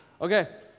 Okay